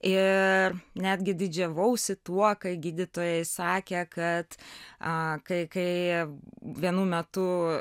ir netgi didžiavausi tuo kai gydytojai sakė kad kai kai vienu metu